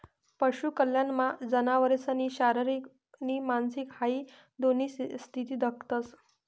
पशु कल्याणमा जनावरसनी शारीरिक नी मानसिक ह्या दोन्ही स्थिती दखतंस